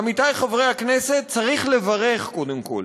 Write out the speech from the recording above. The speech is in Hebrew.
עמיתי חברי הכנסת, צריך לברך קודם כול